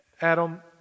Adam